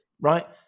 Right